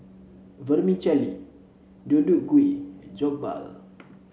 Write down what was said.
Vermicelli Deodeok Gui and Jokbal